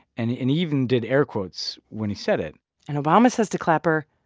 and he and even did air quotes when he said it and obama says to clapper,